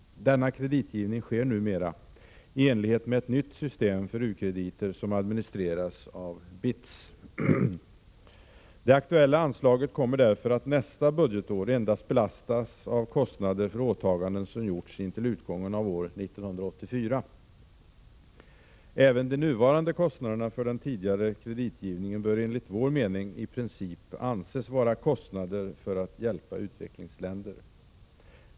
Denna kreditgivning sker numera i enlighet med ett nytt system för u-krediter som administreras av BITS. Det aktuella anslaget kommer därför nästa budgetår att belastas endast av kostnader för åtaganden som gjorts intill utgången av år 1984. Även de nuvarande kostnaderna för den tidigare kreditgivningen bör enligt vår mening i princip anses vara kostnader för att hjälpa utvecklingsländer.